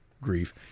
grief